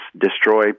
destroy